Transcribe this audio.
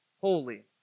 holy